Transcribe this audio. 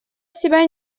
себя